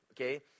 okay